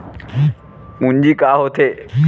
पूंजी का होथे?